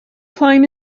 climb